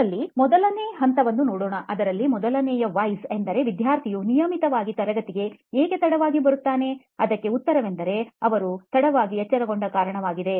ಅದರಲ್ಲಿ ಮೊದಲು 1 ನೇ ಹಂತವನ್ನು ನೋಡೋಣ ಅದರಲ್ಲಿ ಮೊದಲನೆಯ Why ಎಂದರೆ ವಿದ್ಯಾರ್ಥಿಯು ನಿಯಮಿತವಾಗಿ ತರಗತಿಗೆ ಏಕೆ ತಡವಾಗಿ ಬರುತ್ತಾನೆ ಅದಕ್ಕೆ ಉತ್ತರವೆಂದರೆ ಅವರು ತಡವಾಗಿ ಎಚ್ಚರಗೊಂಡ ಕಾರಣ ವಾಗಿದೆ